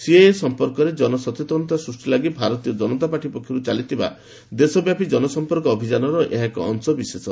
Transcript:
CAA ସଂପର୍କରେ ଜନସଚେତନତା ସୃଷ୍ଟି ଲାଗି ଭାରତୀୟ କନତା ପାର୍ଟି ପକ୍ଷରୁ ଚାଲିଥିବା ଦେଶବ୍ୟାପୀ ଜନସଂପର୍କ ଅଭିଯାନରେ ଏହା ଏକ ଅଂଶ ବିଶେଷ